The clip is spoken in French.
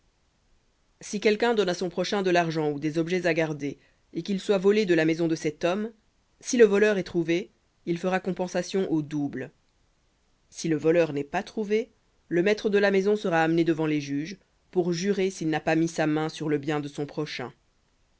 si quelqu'un donne à son prochain de l'argent ou des objets à garder et qu'ils soient volés de la maison de cet homme si le voleur est trouvé il fera compensation au double si le voleur n'est pas trouvé le maître de la maison sera amené devant les juges s'il n'a pas mis sa main sur le bien de son prochain